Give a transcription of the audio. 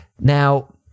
Now